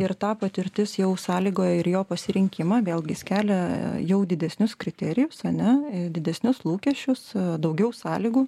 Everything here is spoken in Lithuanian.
ir ta patirtis jau sąlygoja ir jo pasirinkimą vėlgi jis kelia jau didesnius kriterijus ana didesnius lūkesčius daugiau sąlygų